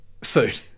Food